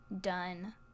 done